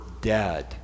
dead